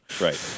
right